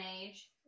age